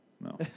No